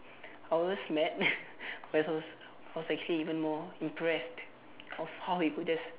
I was mad but I was I was actually even more impressed of how he could just